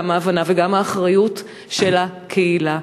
גם ההבנה וגם האחריות של הקהילה.